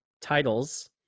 titles